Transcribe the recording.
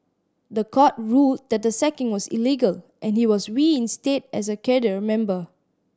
the court ruled that the sacking was illegal and he was reinstated as a cadre member